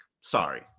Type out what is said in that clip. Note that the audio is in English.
Sorry